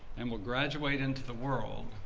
and will graduate into the world,